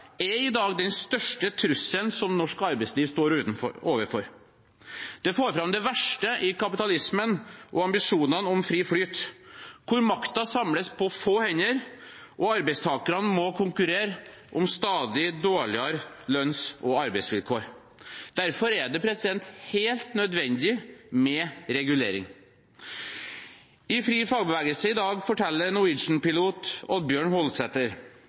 er i dag den største trusselen som norsk arbeidsliv står overfor. Det får fram det verste i kapitalismen og ambisjonene om fri flyt, hvor makten samles på få hender og arbeidstakerne må konkurrere om stadig dårligere lønns- og arbeidsvilkår. Derfor er det helt nødvendig med regulering. I FriFagbevegelse i dag forteller Norwegian-pilot Oddbjørn Holsether: «Gjennom å bli flyttet ut til ett av de tre Norwegian Pilot